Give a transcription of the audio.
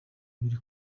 biri